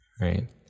right